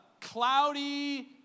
cloudy